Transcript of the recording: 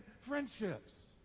friendships